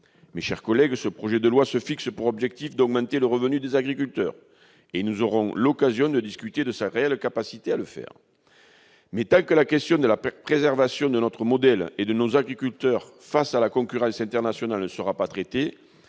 Mes chers collègues, ce projet de loi se fixe pour objectif d'augmenter le revenu des agriculteurs, et nous aurons l'occasion de discuter de sa réelle capacité à le faire, mais, tant que la question de la préservation de notre modèle et de nos agriculteurs face à la concurrence internationale ne sera pas traitée-